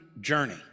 journey